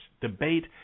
debate